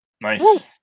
Nice